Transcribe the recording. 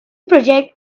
project